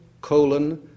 Colon